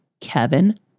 Kevin